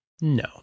no